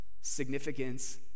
Significance